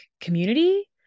community